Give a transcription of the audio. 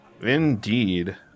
indeed